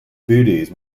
buddhism